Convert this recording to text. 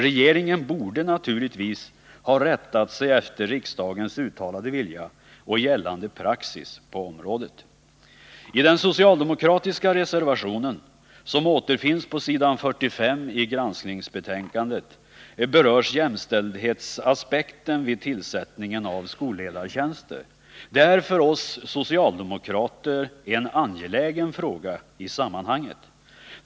Regeringen borde naturligtvis ha rättat sig efter riksdagens uttalade vilja och gällande praxis på området. I den socialdemokratiska reservationen, som återfinns på s. 45 i granskningsbetänkandet, berörs jämställdhetsaspekten vid tillsättningen av skolledartjänster. Det är för oss socialdemokrater en angelägen fråga i sammanhanget.